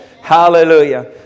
Hallelujah